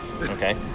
Okay